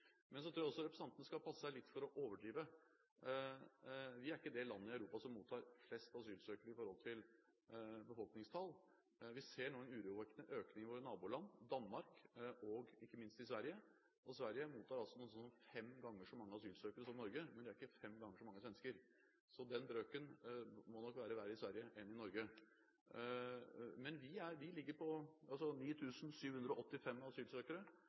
Så tror jeg representanten skal passe seg litt for å overdrive. Vi er ikke det landet i Europa som mottar flest asylsøkere i forhold til befolkningstall. Vi ser nå en urovekkende økning i våre naboland Danmark og, ikke minst, Sverige. Sverige mottar noe sånt som fem ganger så mange asylsøkere som Norge, men de er ikke fem ganger så mange svensker. Så den brøken må nok være verre i Sverige enn i Norge. Vi har altså 9 785 asylsøkere. Det er betydelig lavere enn i Sverige, men vi er